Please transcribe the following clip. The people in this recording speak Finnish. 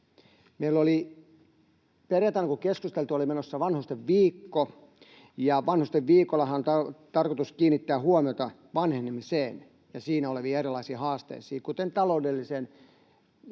huonone. Perjantaina kun keskusteltiin, oli menossa Vanhustenviikko, ja Vanhustenviikollahan on tarkoitus kiinnittää huomiota vanhenemiseen ja siinä oleviin erilaisiin haasteisiin, kuten taloudelliseen